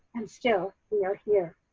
and still, we are here.